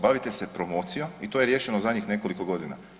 Bavite se promocijom i to je riješeno zadnjih nekoliko godina.